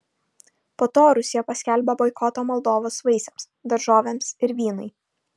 po to rusija paskelbė boikotą moldovos vaisiams daržovėms ir vynui